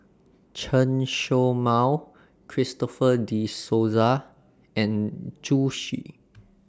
Chen Show Mao Christopher De Souza and Zhu Xu